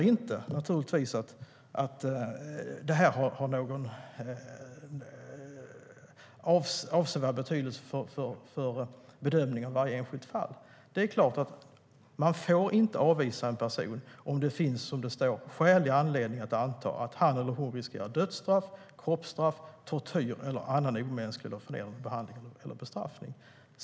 Det innebär naturligtvis inte att det har någon avsevärd betydelse för bedömningen i varje enskilt fall. Det är klart att man inte får avvisa en person om det finns, som det står, skälig anledning att anta att han eller hon riskerar dödsstraff, kroppsstraff, tortyr eller annan omänsklig eller förnedrande behandling eller bestraffning.